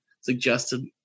suggested